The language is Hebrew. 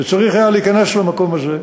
וצריך היה להיכנס למקום הזה.